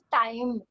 time